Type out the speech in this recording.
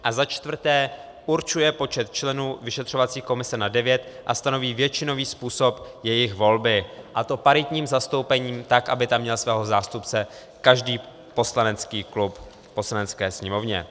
IV. určuje počet členů vyšetřovací komise na 9 a stanoví většinový způsob jejich volby, a to paritním zastoupením, tak aby tam měl svého zástupce každý poslanecký klub v Poslanecké sněmovně.